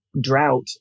drought